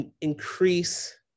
increase